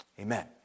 Amen